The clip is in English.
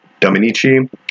Dominici